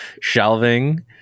shelving